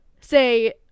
say